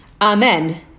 Amen